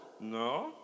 No